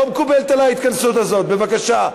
לא מקובלת עלי ההתכנסות הזאת, בבקשה.